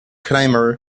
climber